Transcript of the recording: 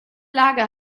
lage